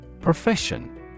Profession